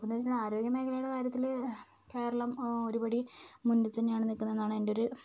പിന്നെന്നു വെച്ചിട്ടുണ്ടെങ്കിൽ ആരോഗ്യ മേഖലയുടെ കാര്യത്തില് കേരളം ഒരുപടി മുന്നിൽ തന്നെയാണ് നിൽക്കുന്നതെന്നാണ് എൻ്റെയൊരു